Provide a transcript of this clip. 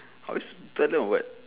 how we tell them or what